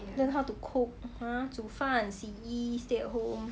learn how to cook ha 煮饭洗衣 stay at home